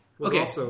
okay